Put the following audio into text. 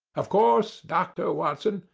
of course, doctor watson,